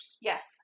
Yes